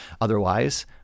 otherwise